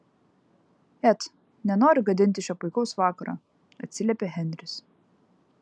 et nenoriu gadinti šio puikaus vakaro atsiliepė henris